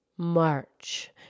March